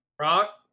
Rock